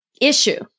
issue